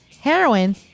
heroin